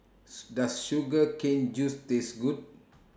Does Sugar Cane Juice Taste Good